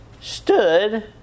stood